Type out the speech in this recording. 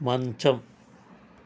మంచం